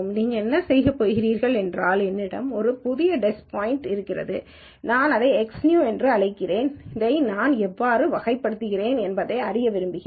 நீங்கள் என்ன செய்யப் போகிறீர்கள் என்பது என்னவென்றால் என்னிடம் ஒரு புதிய டெஸ்ட் பாயிண்ட் இருக்கிறது அதை நான் எக்ஸ்new என்று அழைக்கிறேன் இதை நான் எவ்வாறு வகைப்படுத்துகிறேன் என்பதை அறிய விரும்புகிறேன்